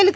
L